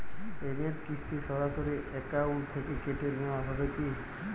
ঋণের কিস্তি সরাসরি অ্যাকাউন্ট থেকে কেটে নেওয়া হয় কি?